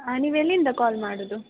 ನೀವು ಎಲ್ಲಿಂದ ಕಾಲ್ ಮಾಡುವುದು